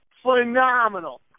phenomenal